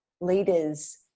leaders